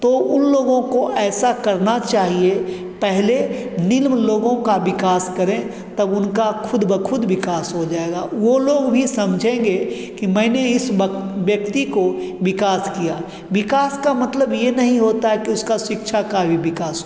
तो उन लोगों को ऐसा करना चाहिए पहले निम्न लोगों का विकास करें तब उनका खुद ब खुद विकास हो जाएगा वह लोग भी समझेंगे कि मैंने इस वक व्यक्ति को विकास किया विकास का मतलब यह नहीं होता है कि उसकी शिक्षा का भी विकास हो